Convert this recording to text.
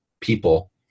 people